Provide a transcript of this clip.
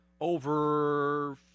Over